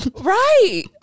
Right